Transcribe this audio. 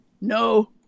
no